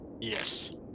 Yes